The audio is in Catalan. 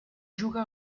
juga